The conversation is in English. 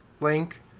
link